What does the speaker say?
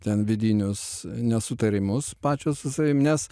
ten vidinius nesutarimus pačio su savim nes